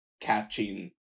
catching